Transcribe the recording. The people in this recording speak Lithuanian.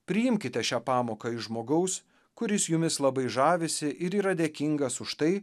priimkite šią pamoką iš žmogaus kuris jumis labai žavisi ir yra dėkingas už tai